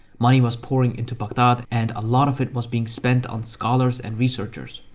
money was pouring into baghdad and a lot of it was being spent on scholars and researchers.